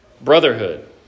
brotherhood